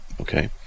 okay